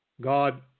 God